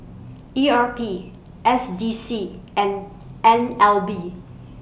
E R P S D C and N L B